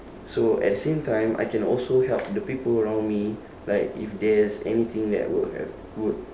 so at the same time I can also help the people around me like if there is anything that would have good